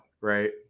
right